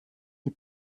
die